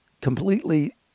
completely